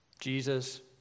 Jesus